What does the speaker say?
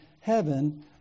heaven